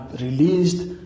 released